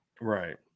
Right